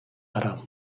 hra